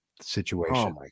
situation